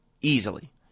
easily